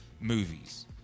movies